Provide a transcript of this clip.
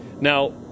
Now